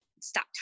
stop